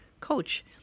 coach